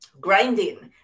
grinding